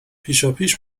پیشاپیش